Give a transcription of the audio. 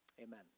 amen